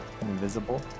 invisible